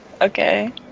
okay